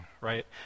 right